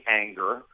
anger